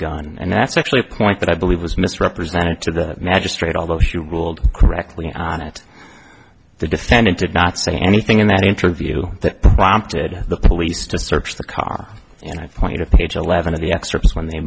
gun and that's actually a point that i believe was misrepresented to the magistrate although he ruled correctly on it the defendant did not say anything in that interview that prompted the police to search the car and i point to page eleven of the excerpts when they